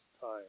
time